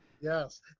Yes